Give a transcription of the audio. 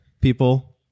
people